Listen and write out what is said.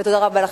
ותודה לכם,